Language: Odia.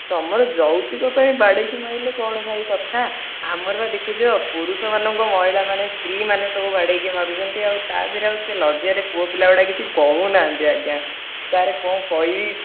ତୁମର ଯୌତକ ପାଇଁ ବାଡ଼େଇ କି ମାରିଲେ କ'ଣ ଭାଇ କଥା ଆମର ବା ଦେଖୁଛ ପୁରୁଷମାନଙ୍କୁ ମହିଳାମାନେ ସ୍ତ୍ରୀମାନେ ସବୁ ବାଡ଼େଇକି ମାରୁଛନ୍ତି ଆଉ ତାହା ଦେହରେ ଆଉ ଲଜ୍ଜାରେ ପୁଅ ପିଲାଗୁଡ଼ା କିଛି କହୁନାହାନ୍ତି ଆଜ୍ଞା ସାର କ'ଣ କହିବି